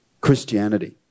Christianity